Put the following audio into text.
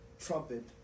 trumpet